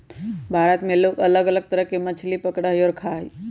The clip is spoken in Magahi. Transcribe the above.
भारत में लोग अलग अलग तरह के मछली पकडड़ा हई और खा हई